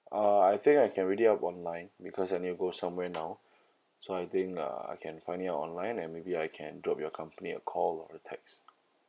uh I think I can read it up online because I need to go somewhere now so I think uh I can find it up online and maybe I can drop your company a call or text